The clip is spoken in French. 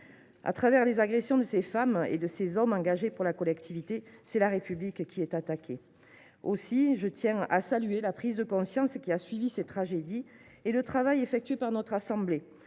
Au travers des agressions de ces femmes et de ces hommes engagés pour la collectivité, c’est la République qui est attaquée. Aussi, je tiens à saluer la prise de conscience qui a suivi ces tragédies et le travail effectué par notre assemblée,